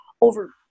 over